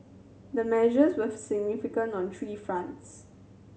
the measures were significant on three fronts